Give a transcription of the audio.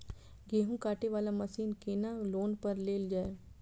गेहूँ काटे वाला मशीन केना लोन पर लेल जाय?